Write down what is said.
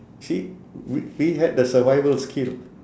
see we we had the survival skill